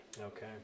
okay